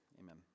amen